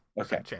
Okay